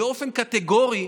באופן קטגורי,